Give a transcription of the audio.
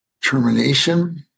Termination